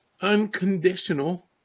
unconditional